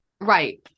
Right